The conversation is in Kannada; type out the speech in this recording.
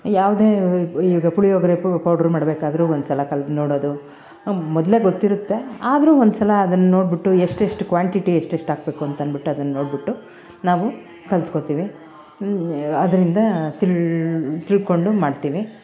ಯಾವುದೇ ಈಗ ಪುಳಿಯೋಗರೆ ಪೌಡ್ರು ಮಾಡಬೇಕಾದ್ರು ಒಂದ್ಸಲ ಕಲ್ತ್ ನೋಡೋದು ಮೊದಲೇ ಗೊತ್ತಿರುತ್ತೆ ಆದರೂ ಒಂದ್ಸಲ ಅದನ್ನ ನೋಡಿಬಿಟ್ಟು ಎಷ್ಟೆಷ್ಟು ಕ್ವಾಂಟಿಟಿ ಎಷ್ಟೆಷ್ಟಾಕ್ಬೇಕು ಅಂತನ್ಬಿಟ್ಟು ಅದನ್ನು ನೋಡಿಬಿಟ್ಟು ನಾವು ಕಲ್ತ್ಕೋತಿವಿ ಅದರಿಂದ ತಿಳ್ಕೊಂಡು ಮಾಡ್ತೀವಿ